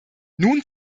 nun